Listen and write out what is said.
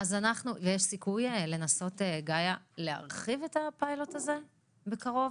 יש סיכוי לנסות להרחיב את הפיילוט הזה בקרוב,